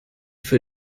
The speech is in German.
für